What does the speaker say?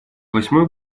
восьмой